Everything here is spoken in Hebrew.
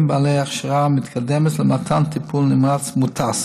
בעלי הכשרה מתקדמת למתן טיפול נמרץ מוטס.